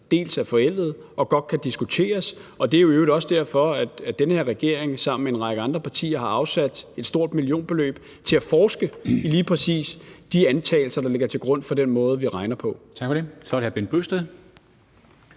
er forældede og godt kan diskuteres. Og det er jo i øvrigt også derfor, at den her regering sammen med en række andre partier har afsat et stort millionbeløb til at forske i lige præcis de antagelser, der ligger til grund for den måde, vi regner på.